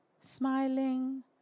smiling